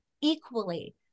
equally